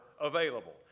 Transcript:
available